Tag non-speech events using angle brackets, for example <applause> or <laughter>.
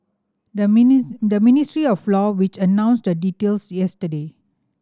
the <unintelligible> the Ministry of Law which announced the details yesterday